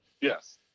yes